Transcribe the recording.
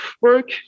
work